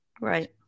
right